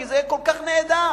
כי זה כל כך נהדר.